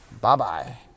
Bye-bye